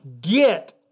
get